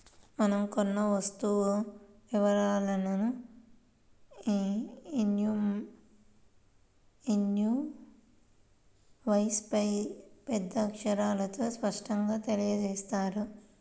మనం కొన్న వస్తువు వివరాలను ఇన్వాయిస్పై పెద్ద అక్షరాలతో స్పష్టంగా తెలియజేత్తారు